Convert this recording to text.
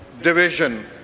division